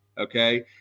okay